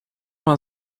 mam